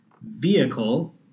vehicle